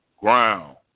ground